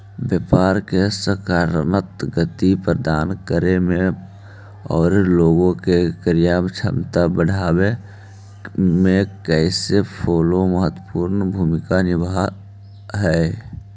व्यापार के सकारात्मक गति प्रदान करे में आउ लोग के क्रय क्षमता बढ़ावे में कैश फ्लो महत्वपूर्ण भूमिका निभावऽ हई